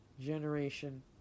generation